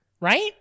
right